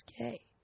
gay